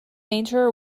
major